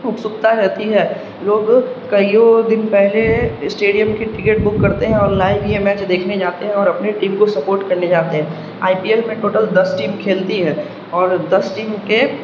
اتسکتا رہتی ہے لوگ کئیو دن پہلے اسٹیڈیم کی ٹکٹ بک کرتے ہیں اور لائو یہ میچ دیکھنے جاتے ہیں اور اپنے ٹیم کو سپورٹ کرنے جاتے ہیں آئی پی ایل میں ٹوٹل دس ٹیم کھیلتی ہے اور دس ٹیم کے